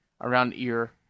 Around-ear